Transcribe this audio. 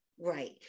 right